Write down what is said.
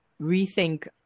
rethink